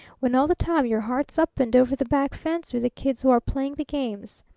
when all the time your heart's up and over the back fence with the kids who are playing the games.